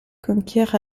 conquiert